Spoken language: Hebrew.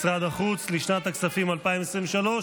משרד החוץ, לשנת הכספים 2023,